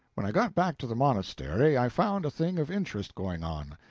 when i got back to the monastery, i found a thing of interest going on.